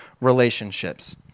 relationships